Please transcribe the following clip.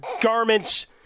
Garment's